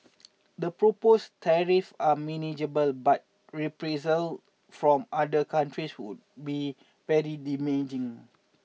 the proposed tariffs are manageable but reprisal from other countries would be very damaging